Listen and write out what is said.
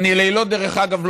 דרך אגב,